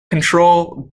control